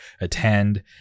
attend